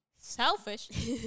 selfish